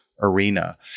arena